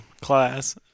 class